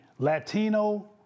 Latino